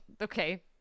okay